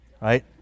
right